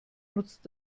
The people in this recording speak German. nutzt